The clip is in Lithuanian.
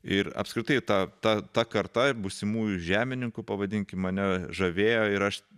ir apskritai ta ta ta karta būsimųjų žemininkų pavadinkim ane žavėjo ir aš